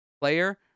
player